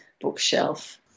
bookshelf